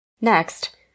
Next